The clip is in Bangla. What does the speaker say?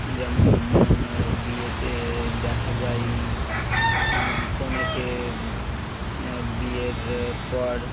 যেমন বিয়েতে দেখা যায় কনেকে বিয়ের পর